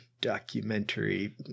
documentary